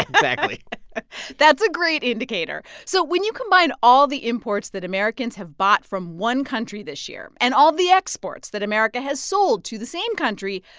exactly that's a great indicator. so when you combine all the imports that americans have bought from one country this year and all of the exports that america has sold to the same country,